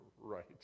Right